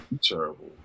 Terrible